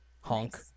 Honk